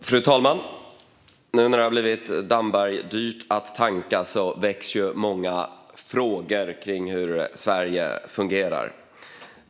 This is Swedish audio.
Fru talman! Nu när det har blivit Dambergdyrt att tanka väcks många frågor kring hur Sverige fungerar.